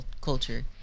culture